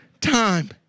time